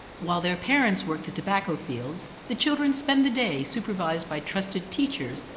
while their parents work the tobacco fields, the children spend the day supervised by trusted teachers,